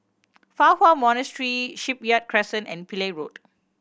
Fa Hua Monastery Shipyard Crescent and Pillai Road